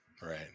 right